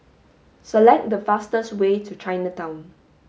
select the fastest way to Chinatown